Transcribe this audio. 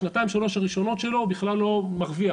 השנתיים-שלוש הראשונות שלו הוא בכלל לא מרוויח,